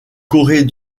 corée